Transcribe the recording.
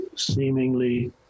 seemingly